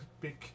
big